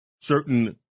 certain